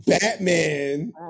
Batman